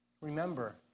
Remember